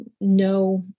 no